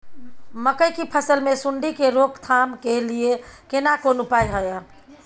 मकई की फसल मे सुंडी के रोक थाम के लिये केना कोन उपाय हय?